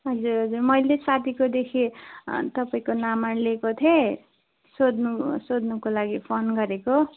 हजुर हजुर मैले साथीकोदेखि तपाईँको नम्बर लिएको थिएँ सोध्नु सोध्नुको लागि फोन गरेको